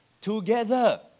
Together